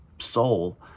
soul